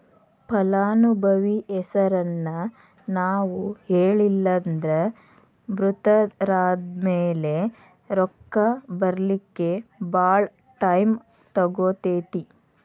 ಫಲಾನುಭವಿ ಹೆಸರನ್ನ ನಾವು ಹೇಳಿಲ್ಲನ್ದ್ರ ಮೃತರಾದ್ಮ್ಯಾಲೆ ರೊಕ್ಕ ಬರ್ಲಿಕ್ಕೆ ಭಾಳ್ ಟೈಮ್ ತಗೊತೇತಿ